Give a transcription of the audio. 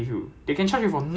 ya ya